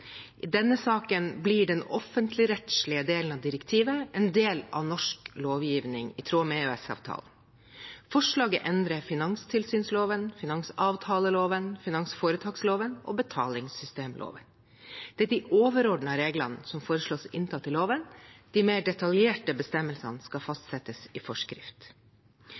I denne saken blir den offentligrettslige delen av direktivet en del av norsk lovgivning, i tråd med EØS-avtalen. Forslaget endrer finanstilsynsloven, finansavtaleloven, finansforetaksloven og betalingssystemloven. Det er de overordnede reglene som foreslås inntatt i loven. De mer detaljerte bestemmelsene skal fastsettes i forskrift.